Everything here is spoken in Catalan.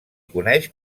coneix